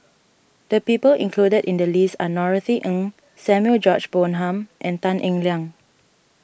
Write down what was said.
the people included in the list are Norothy Ng Samuel George Bonham and Tan Eng Liang